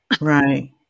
right